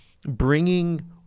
bringing